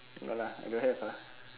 no lah I don't have uh